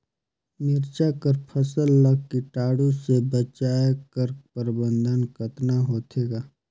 मिरचा कर फसल ला कीटाणु से बचाय कर प्रबंधन कतना होथे ग?